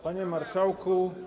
Panie Marszałku!